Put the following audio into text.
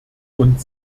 und